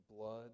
blood